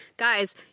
guys